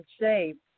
shape